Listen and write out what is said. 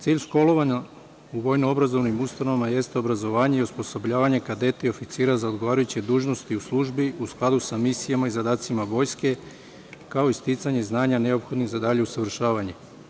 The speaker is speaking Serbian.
Cilj školovanja u vojno obrazovnim ustanovama jeste obrazovanje i osposobljavanje kadeta i oficira za odgovarajuće dužnosti u službi, u skladu sa misijama i zadacima vojske, kao i sticanje znanja neophodnih za dalje usavršavanje.